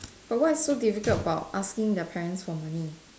but what is so difficult about asking your parents for money